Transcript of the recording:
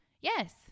Yes